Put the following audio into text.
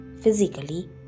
physically